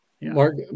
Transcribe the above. Mark –